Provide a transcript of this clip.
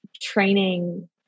training